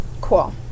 cool